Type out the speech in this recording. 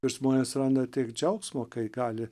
ir žmonės randa tiek džiaugsmo kai gali